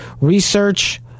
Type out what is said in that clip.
Research